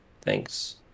thanks